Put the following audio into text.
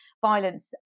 violence